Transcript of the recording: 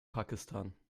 pakistan